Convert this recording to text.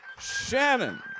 Shannon